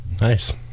Nice